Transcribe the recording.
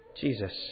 Jesus